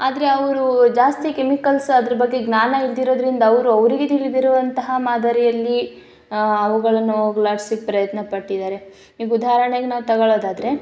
ಆದರೆ ಅವರು ಜಾಸ್ತಿ ಕೆಮಿಕಲ್ಸ್ ಅದ್ರ ಬಗ್ಗೆ ಜ್ಞಾನ ಇಲ್ದಿರೋದ್ರಿಂದ ಅವರು ಅವರಿಗೆ ತಿಳಿದಿರುವಂತಹ ಮಾದರಿಯಲ್ಲಿ ಅವುಗಳನ್ನು ಹೋಗಲಾಡ್ಸೋಕ್ಕೆ ಪ್ರಯತ್ನ ಪಟ್ಟಿದ್ದಾರೆ ಈಗ ಉದಾಹರ್ಣೆಗೆ ನಾವು ತೊಗೊಳೋದಾದರೆ